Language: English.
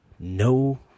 No